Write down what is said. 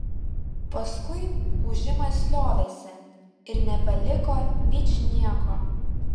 paskui ūžimas liovėsi ir nebeliko ničnieko